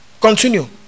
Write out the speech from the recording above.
Continue